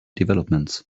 developments